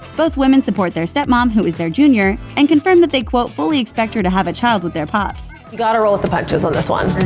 both women support their stepmom, who is their junior, and confirmed that they quote fully expect her to have a child with their pops. you gotta roll with the punches on this one.